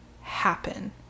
happen